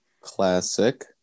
Classic